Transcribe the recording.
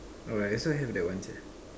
oh I also have that one sia